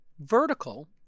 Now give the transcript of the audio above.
vertical